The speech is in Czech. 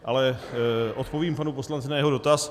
Ale odpovím panu poslanci na jeho dotaz.